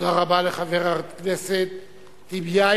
תודה רבה לחבר הכנסת טיבְּיָיֵב.